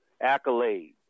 accolade